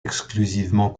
exclusivement